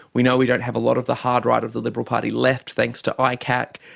we know we don't have a lot of the hard right of the liberal party left, thanks to icac.